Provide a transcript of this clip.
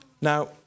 Now